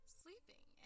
sleeping